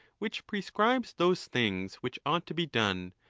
which prescribes those things which ought to be done,